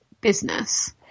business